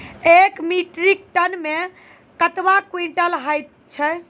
एक metric ton मे कतवा क्वींटल हैत छै?